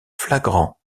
flagrant